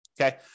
Okay